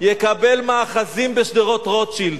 יקבל מאחזים בשדרות-רוטשילד.